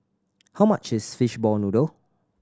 how much is fishball noodle